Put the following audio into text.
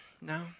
No